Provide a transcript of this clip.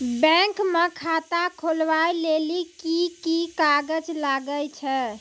Bank म खाता खोलवाय लेली की की कागज लागै छै?